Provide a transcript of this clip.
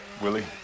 Willie